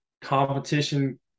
Competition